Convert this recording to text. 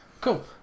Cool